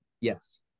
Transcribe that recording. Yes